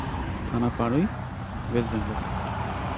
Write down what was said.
ᱛᱷᱟᱱᱟ ᱯᱟᱲᱩᱭ ᱚᱭᱮᱥᱴ ᱵᱮᱝᱜᱚᱞ